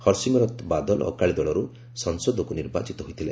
ହର୍ସିମ୍ରତ୍ ବାଦଲ ଅକାଳୀ ଦଳରୁ ସଂସଦକୁ ନିର୍ବାଚିତ ହୋଇଥିଲେ